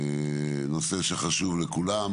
הנושא שחשוב לכולם